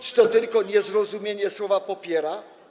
Czy to tylko niezrozumienie słowa „popierać”